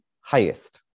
highest